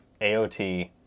AOT